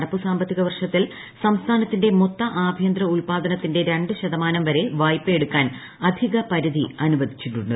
നടപ്പു സാമ്പത്തിക വർഷത്തിൽ സംസ്ഥാനത്തിന്റെ മൊത്ത ആഭ്യന്തര ഉത്പാദനത്തിന്റെ രണ്ട് ശതമാനം വരെ വായ്പയെടുക്കാൻ അധിക പരിധി അനുവദിച്ചിട്ടുണ്ട്